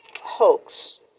hoax